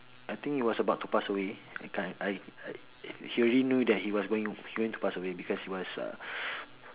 I think he was about to pass away I can't I I he already knew that he was going going to pass away because he was uh